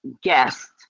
guest